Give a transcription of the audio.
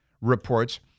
reports